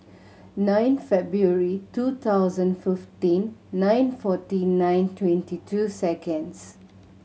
nine February two thousand fifteen nine forty nine twenty two seconds